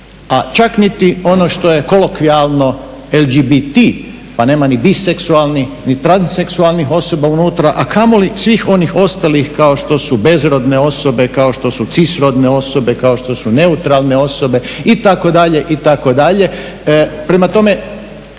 a čak niti ono što je kolokvijalno LGBT pa nema ni biseksualnih ni transseksualnih osoba unutra, a kamoli svih onih ostalih kao što su bezrodne osobe, kao što su cisrodne osobe, kao što su neutralne osobe itd., itd.